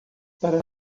para